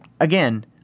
again